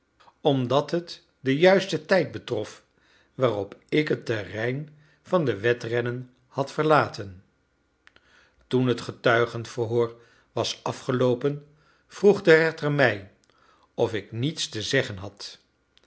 omdat het den juisten tijd betrof waarop ik het terrein van de wedrennen had verlaten toen het getuigenverhoor was afgeloopen vroeg de rechter mij of ik niets te zeggen had